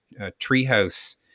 treehouse